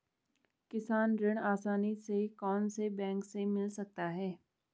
किसान ऋण आसानी से कौनसे बैंक से मिल सकता है?